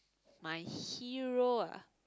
my hero ah